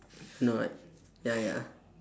know what ya ya